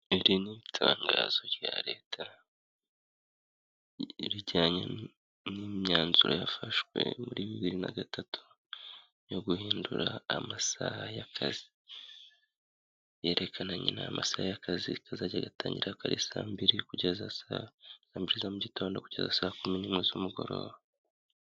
Iri ni itangazo rya Leta, rijyanye n'imyanzuro yafashwe muri bibiri na gatatu, yo guhindura amasaha y'akazi. Yerekana n'amasaha y'akazi kazajya gatangira ko ari kuva saa mbiri za mu gitondo kugeza saa kumi n'imwe z'umugoroba.